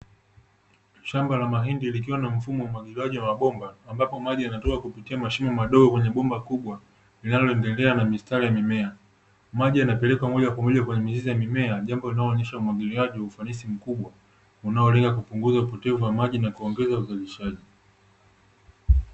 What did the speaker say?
Shamba la mahindi likiwa na mfumo wa umwagiliaji wa mabomba, ambapo maji yanatoka kupitia kwenye mashimo madogo kupitia bomba kubwa linaloendelea na mistari ya mimea. Maji yanaplekwa moja kwa moja kwenye mizizi ya mimea, jambo linaloonyesha umwagiliaji kwa ufanisi mkubwa, unaolenga upotevu wa maji na kuongeza uzalishaji.